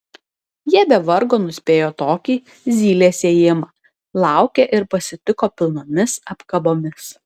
jie be vargo nuspėjo tokį zylės ėjimą laukė ir pasitiko pilnomis apkabomis